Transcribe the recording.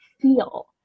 feel